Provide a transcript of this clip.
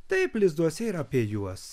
taip lizduose ir apie juos